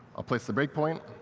i'll place the break point.